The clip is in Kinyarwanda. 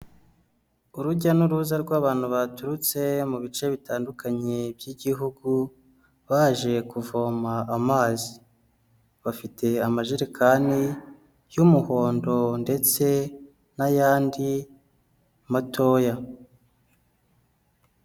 Urujya n'uruza rw'abantu baturutse mu bice bitandukanye by'Igihugu baje kuvoma amazi. Bafite amajerekani y'umuhondo ndetse n'ayandi matoya.